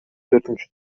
төртүнчү